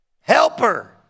helper